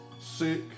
sick